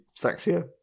sexier